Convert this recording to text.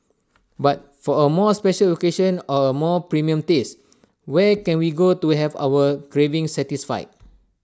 but for A more special occasion or A more premium taste where can we go to have our craving satisfied